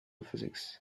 physics